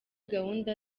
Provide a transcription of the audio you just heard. gahunda